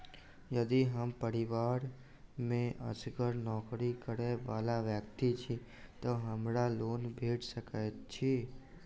यदि हम परिवार मे असगर नौकरी करै वला व्यक्ति छी तऽ हमरा लोन भेट सकैत अछि?